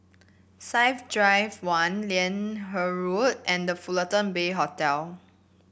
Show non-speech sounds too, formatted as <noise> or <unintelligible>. Science Drive One Liane <unintelligible> Road and The Fullerton Bay Hotel